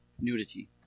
nudity